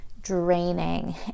draining